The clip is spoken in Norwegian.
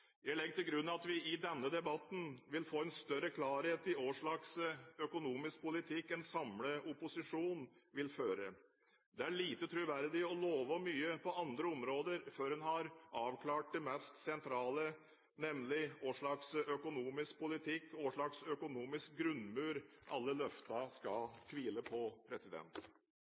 Jeg legger til grunn at vi i denne debatten vil få en større klarhet i hvilken økonomisk politikk en samlet opposisjon vil føre. Det er lite troverdig å love mye på andre områder før en har avklart det mest sentrale – nemlig hvilken økonomisk politikk, hvilken økonomisk grunnmur, alle løftene skal hvile på.